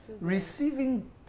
Receiving